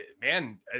man